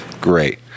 great